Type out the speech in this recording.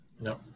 No